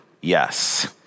yes